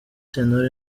sentore